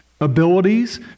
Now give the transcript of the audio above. abilities